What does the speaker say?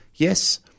Yes